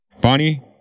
Bonnie